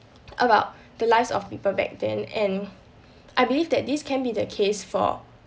about the lives of people back then and I believe that this can be the case for